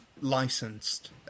licensed